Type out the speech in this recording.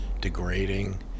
degrading